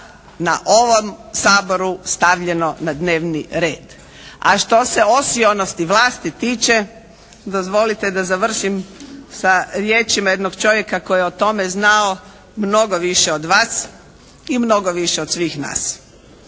na ovom Saboru stavljeno na dnevni red. A što se osionosti vlasti tiče, dozvolite da završim sa riječima jednog čovjeka koji je o tome znao mnogo više od vas i mnogo više od svih nas.